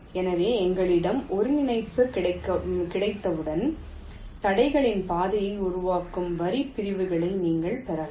எனவே எங்களிடம் ஒருங்கிணைப்பு கிடைத்தவுடன் தடைகளின் பாதையை உருவாக்கும் வரி பிரிவுகளை நீங்கள் பெறலாம்